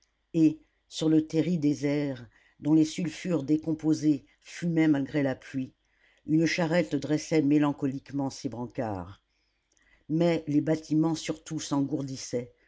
et sur le terri désert dont les sulfures décomposés fumaient malgré la pluie une charrette dressait mélancoliquement ses brancards mais les bâtiments surtout